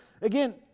again